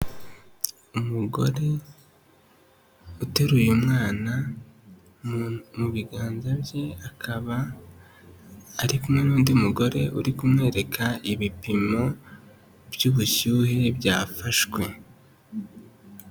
Umugore uteruye umwana mu biganza bye akaba ari kumwe n'undi mugore uri kumwereka ibipimo by'ubushyuhe byafashwe.